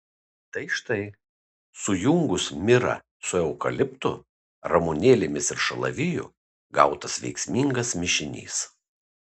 tai štai sujungus mirą su eukaliptu ramunėlėmis ir šalaviju gautas veiksmingas mišinys